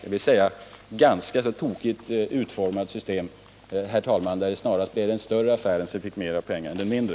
Det var alltså ett ganska tokigt utformat system, där det snarast var den större affären som skulle få mer pengar än den mindre.